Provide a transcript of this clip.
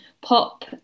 pop